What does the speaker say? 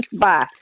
Bye